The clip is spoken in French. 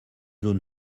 zone